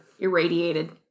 Irradiated